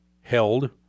held